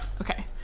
Okay